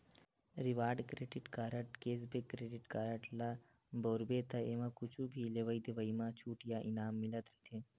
reward credit card, cashback credit card ल बउरबे त एमा कुछु भी लेवइ देवइ म छूट या इनाम मिलत रहिथे